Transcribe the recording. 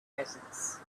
presence